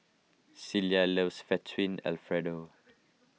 Cielo loves Fettuccine Alfredo